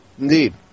Indeed